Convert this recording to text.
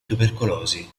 tubercolosi